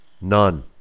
None